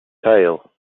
tail